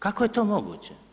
Kako je to moguće?